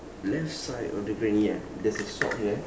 left side of the granny ah there's a shop here